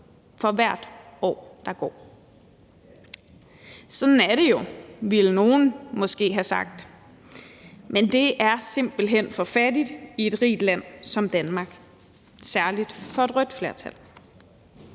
for hvert år der går. Sådan er det jo, ville nogen måske have sagt, men det er simpelt hen for fattigt i et rigt land som Danmark, særlig for et rødt flertal.